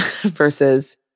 versus